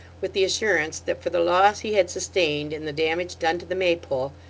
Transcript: with the assurance that for the loss he had sustained in the damage done to the maypole,